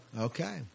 okay